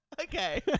Okay